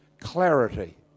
clarity